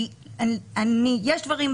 כי יש דברים,